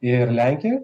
ir lenkijoj